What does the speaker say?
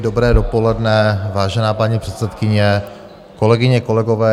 Dobré dopoledne, vážená paní předsedkyně, kolegyně kolegové.